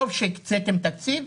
טוב שהקצתם תקציב.